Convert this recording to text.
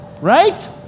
right